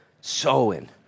sowing